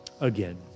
again